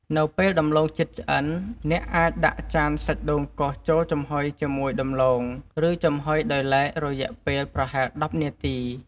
នៅពេលដំឡូងជិតឆ្អិន អ្នកអាចដាក់ចានសាច់ដូងកោសចូលចំហុយជាមួយដំឡូង ឬចំហុយដោយឡែករយៈពេលប្រហែល ១០ នាទី។